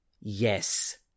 yes